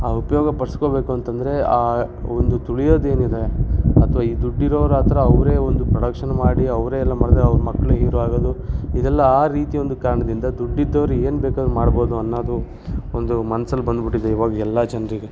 ಆ ಉಪಯೋಗ ಪಡಿಸ್ಕೋಬೇಕು ಅಂತಂದರೆ ಆ ಒಂದು ತುಳಿಯೋದೇನಿದೆ ಅಥವಾ ಈ ದುಡ್ಡಿರೋರ ಹತ್ತಿರ ಅವರೇ ಒಂದು ಪ್ರೊಡಕ್ಷನ್ ಮಾಡಿ ಅವರೇ ಎಲ್ಲ ಮಾಡ್ದ್ರೆ ಅವ್ರ ಮಕ್ಳು ಹೀರೋ ಆಗೋದು ಇದೆಲ್ಲ ಆ ರೀತಿ ಒಂದು ಕಾರ್ಣದಿಂದ ದುಡ್ಡಿದ್ದವ್ರು ಏನು ಬೇಕಾರೂ ಮಾಡ್ಬೋದು ಅನ್ನೋದು ಒಂದು ಮನ್ಸಲ್ಲಿ ಬಂದ್ಬಿಟ್ಟಿದೆ ಇವಾಗ ಎಲ್ಲ ಜನರಿಗೆ